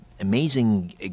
amazing